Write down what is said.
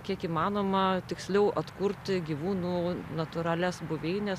kiek įmanoma tiksliau atkurti gyvūnų natūralias buveines